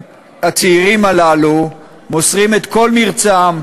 הצעירים הללו מוסרים את כל מרצם,